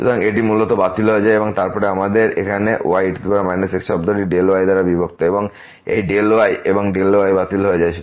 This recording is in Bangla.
সুতরাং এটি মূলত বাতিল হয়ে যায় এবং তারপরে আমাদের এখানে y e x শব্দটি y দ্বারা বিভক্ত এবং এই y এবং y বাতিল হয়ে যাবে